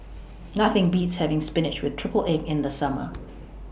Nothing Beats having Spinach with Triple Egg in The Summer